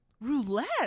Roulette